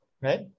right